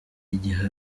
igihe